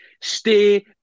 stay